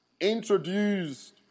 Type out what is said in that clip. introduced